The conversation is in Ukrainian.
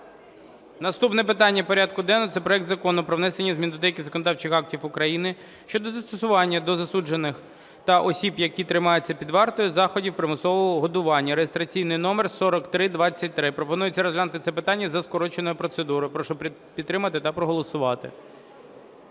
Наступне питання порядку денного – це проект Закону про внесення змін до деяких законодавчих актів України щодо застосування до засуджених та осіб, які тримаються під вартою, заходів примусового годування (реєстраційний номер 4323). Пропонується розглянути це питання за скороченою процедурою. Прошу підтримати та проголосувати.